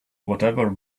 whatever